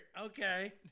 Okay